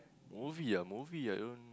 movie ah movie I don't